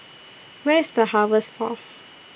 Where IS The Harvest Force